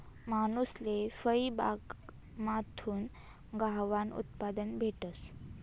मानूसले फयबागमाथून खावानं उत्पादन भेटस